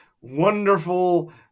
wonderful